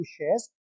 shares